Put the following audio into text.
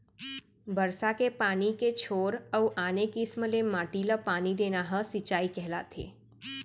बरसा के पानी के छोर अउ आने किसम ले माटी ल पानी देना ह सिंचई कहलाथे